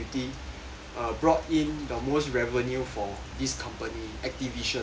uh brought in the most revenue for this company Activision